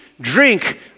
drink